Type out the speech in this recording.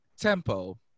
Tempo